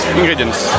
ingredients